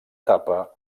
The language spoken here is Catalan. tapa